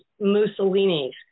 Mussolini's